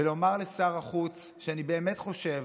ולומר לשר החוץ שאני באמת חושב